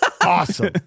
awesome